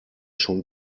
schon